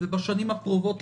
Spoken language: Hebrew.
אני מניח שבשנים הקרובות,